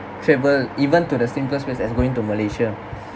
travel even to the simplest place as going to malaysia